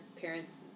parents